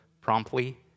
promptly